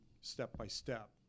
step-by-step